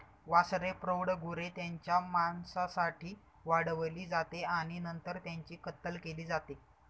वासरे प्रौढ गुरे त्यांच्या मांसासाठी वाढवली जाते आणि नंतर त्यांची कत्तल केली जाते